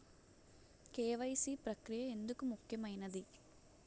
KYC ప్రక్రియ ఎందుకు ముఖ్యమైనది?